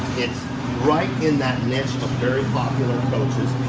it's right in that niche, the very popular coaches,